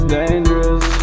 dangerous